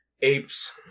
Apes